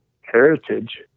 heritage